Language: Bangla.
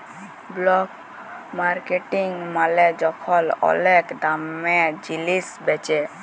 ব্ল্যাক মার্কেটিং মালে যখল ওলেক দামে জিলিস বেঁচে